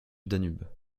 danube